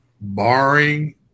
barring